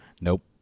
Nope